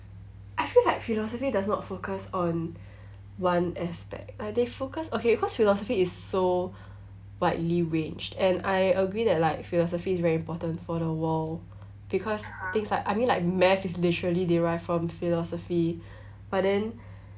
I feel like philosophy does not focus on one aspect like they focus okay cause philosophy is so widely ranged and I agree that like philosophy is very important for the world because things like I mean like math is literally derived from philosophy but then